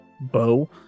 bow